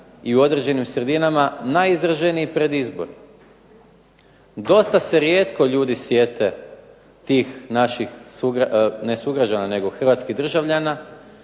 i u određenim sredinama najizraženiji pred izbor. Dosta se rijetko ljudi sjete tih naših ne sugrađana, nego hrvatskih državljana